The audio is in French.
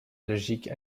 logique